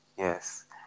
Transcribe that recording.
Yes